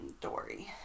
Dory